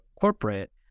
corporate